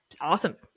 awesome